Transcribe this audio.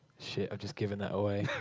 shit, i've just given that away.